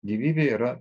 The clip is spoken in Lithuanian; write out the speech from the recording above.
gyvybė yra